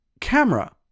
camera